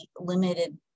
limited